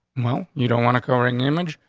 well, you don't want occurring image.